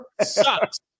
sucks